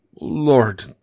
Lord